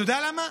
אתה יודע למה?